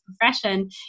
profession